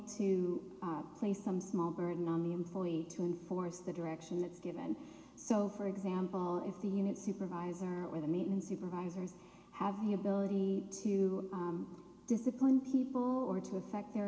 to play some small burden on the employee to enforce the direction that's given so for example if the unit supervisor or the meeting supervisors have the ability to discipline people or to affect their